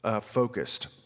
focused